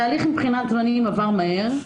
התהליך, מבחינת זמנים עבר מהר,